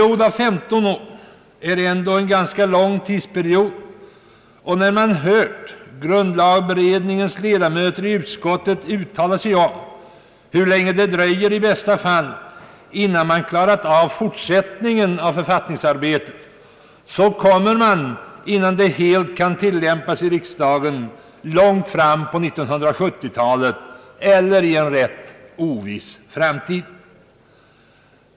15 år är ändå en ganska lång tidsperiod, och när vi hört grundlagberedningens ledamöter i utskottet uttala sig om hur länge det i bästa fall dröjer innan man klarat av fortsättningen på författningsarbetet så kommer vi innan den nya ordningen helt kan tillämpas i riksdagen långt in på 1970-talet eller i en rätt oviss framtid.